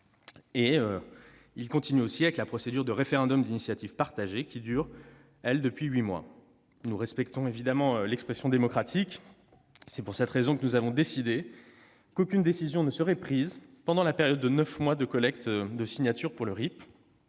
aussi au travers de la procédure du référendum d'initiative partagée, qui dure, elle, depuis huit mois. Nous respectons évidemment l'expression démocratique. C'est la raison pour laquelle nous avons convenu qu'aucune décision ne serait prise pendant la période de neuf mois de collecte des signatures pour la tenue